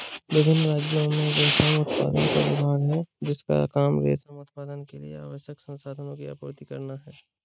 विभिन्न राज्यों में रेशम उत्पादन का विभाग है जिसका काम रेशम उत्पादन के लिए आवश्यक संसाधनों की आपूर्ति करना है